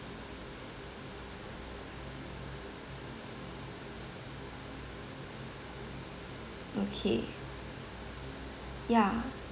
okay ya